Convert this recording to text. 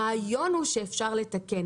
הרעיון הוא שאפשר לתקן.